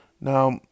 Now